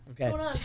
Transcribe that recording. Okay